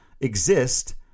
exist